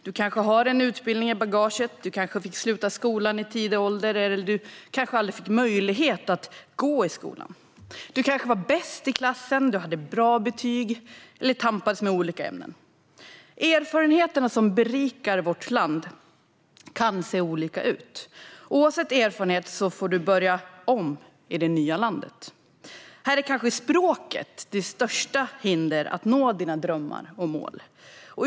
Du kanske har en utbildning i bagaget, eller så kanske du fick sluta skolan i tidig ålder eller aldrig fick möjlighet att gå i skolan. Du kanske var bäst i klassen och hade bra betyg, eller så tampades du med olika ämnen. Erfarenheterna som berikar vårt land kan se olika ut. Oavsett erfarenhet får du börja om i det nya landet. Här är språket ditt kanske största hinder för att nå dina drömmar och mål.